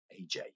AJ